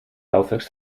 laufwerk